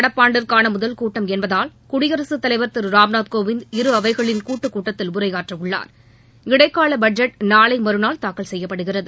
நடப்பாண்டிற்கான முதல் கூட்டம் என்பதால் குடியரசுத்தலைவர் திரு ராம்நாத்கோவிந்த இரு அவைகளின் கூட்டுக்கூட்டத்தில் உரையாற்றவுள்ளார் இடைக்கால பட்ஜெட் நாளை மறுநாள் தாக்கல் செய்யப்படுகிறது